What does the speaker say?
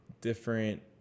different